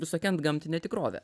visokia antgamtine tikrove